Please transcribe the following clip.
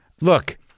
Look